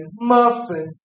muffin